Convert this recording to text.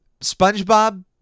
SpongeBob